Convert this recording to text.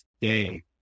day